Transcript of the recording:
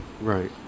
right